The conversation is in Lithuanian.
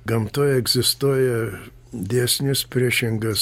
gamtoj egzistuoja dėsnis priešingas